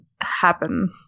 happen